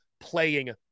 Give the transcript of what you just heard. playing